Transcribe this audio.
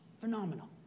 phenomenal